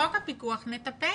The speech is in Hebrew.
בחוק הפיקוח נטפל.